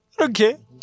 Okay